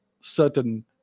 certain